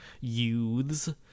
youths